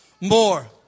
more